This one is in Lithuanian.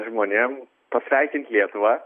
žmonėm pasveikint lietuvą